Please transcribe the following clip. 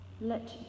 Let